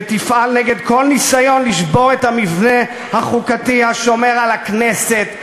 ותפעל נגד כל ניסיון לשבור את המבנה החוקתי השומר על הכנסת,